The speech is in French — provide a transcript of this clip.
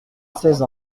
seize